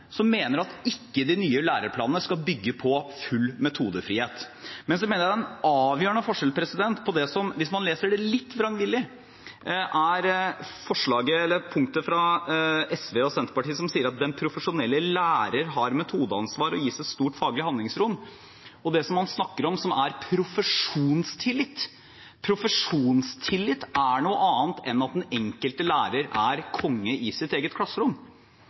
som mener at de nye læreplanene ikke skal bygge på full metodefrihet. Men jeg mener at det er en avgjørende forskjell på det som, hvis man leser det litt vrangvillig, er forslaget, eller punktet, fra SV og Senterpartiet, som sier at den profesjonelle lærer har metodeansvar og gis et stort faglig handlingsrom, og det man snakker om, som er profesjonstillit. Profesjonstillit er noe annet enn at den enkelte lærer er konge i sitt eget klasserom.